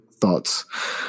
thoughts